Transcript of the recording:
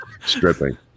stripping